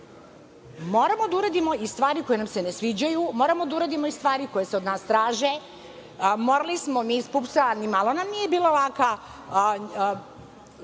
Moramo da uradimo i stvari koje nam se ne sviđaju, moramo da uradimo i stvari koje se od nas traže. Nama iz PUPS-a ni malo nije bila laka